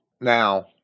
Now